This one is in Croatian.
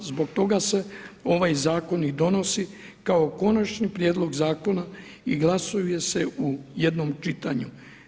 Zbog toga se i ovaj zakon i donosi kao konačni prijedlog zakona i glasuje se u jednom čitanju.